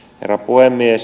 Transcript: herra puhemies